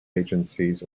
agencies